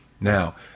Now